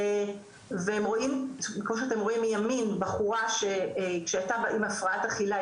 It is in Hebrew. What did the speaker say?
והם רואים כמו שאתם רואים מימין בחורה שהייתה עם הפרעת אכילה,